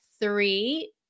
three